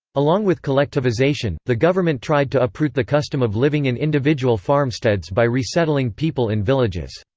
along with collectivization, the government tried to uproot the custom of living in individual farmsteads by resettling people in villages.